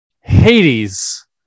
Hades